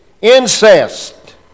Incest